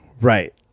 right